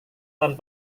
tahun